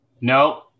no